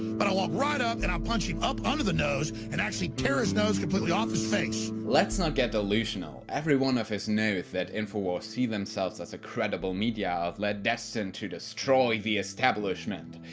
but i walk right up and i punch him up under the nose and actually tear his nose completely off his face! let's not get delusional. everyone of us knows that infowars see themselves as a credible media outlet destined to destroy the establishment.